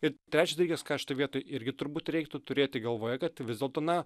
ir trečias dalykas ką šitoj vietoj irgi turbūt reiktų turėti galvoje kad vis dėlto na